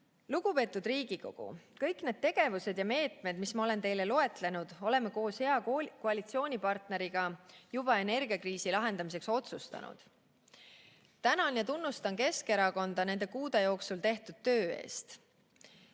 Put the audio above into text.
Lugupeetud Riigikogu! Kõik need tegevused ja meetmed, mis ma olen teile loetlenud, oleme koos hea koalitsioonipartneriga juba energiakriisi lahendamiseks otsustanud. Tänan ja tunnustan Keskerakonda nende kuude jooksul tehtud töö eest.